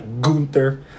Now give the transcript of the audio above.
Gunther